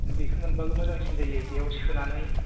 बेखौ मोनबाबो मोजांसिन जायो बेयाव सोनानै